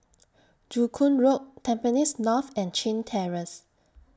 Joo Koon Road Tampines North and Chin Terrace